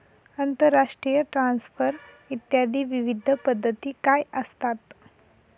आंतरराष्ट्रीय ट्रान्सफर इत्यादी विविध पद्धती काय असतात?